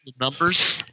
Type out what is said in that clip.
numbers